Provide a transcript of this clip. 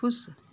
खुश